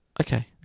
Okay